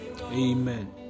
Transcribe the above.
Amen